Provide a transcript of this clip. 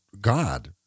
God